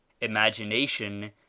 imagination